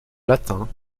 latin